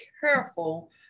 careful